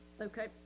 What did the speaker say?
okay